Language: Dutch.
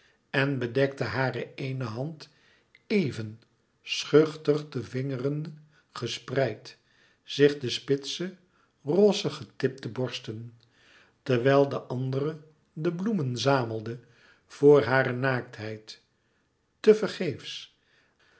en bedekte hare éene hand éven schuchter de vingeren gespreid zich de spitse rozig getipte borsten terwijl de andere de bloemen zamelde voor hare naaktheid